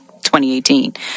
2018